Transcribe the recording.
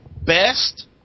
best